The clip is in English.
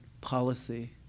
policy